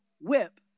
whip